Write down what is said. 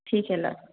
ٹھیک ہے اللہ حافظ